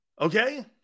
Okay